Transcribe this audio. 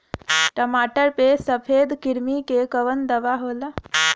टमाटर पे सफेद क्रीमी के कवन दवा होला?